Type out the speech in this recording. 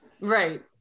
right